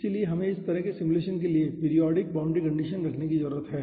इसलिए हमें इस तरह के सिमुलेशन के लिए पीरिऑडिक बाउंड्री कंडीशन रखने की जरूरत है